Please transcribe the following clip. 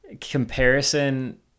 Comparison